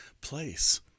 place